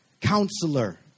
Counselor